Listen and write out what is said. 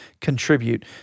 contribute